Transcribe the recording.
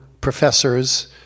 professors